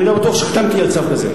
אני לא בטוח שחתמתי על צו כזה.